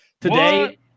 today